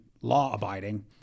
law-abiding